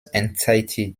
anxiety